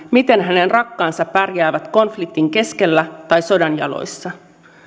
miten hänen rakkaansa pärjäävät konfliktin keskellä tai sodan jaloissa